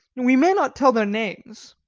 we may not tell their names.